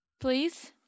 Please